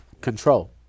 Control